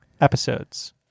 episodes